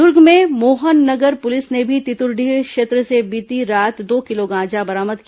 दुर्ग में मोहन नगर पुलिस ने भी तितुरडीह क्षेत्र से बीती रात दो किलो गांजा बरामद किया